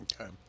okay